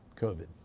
COVID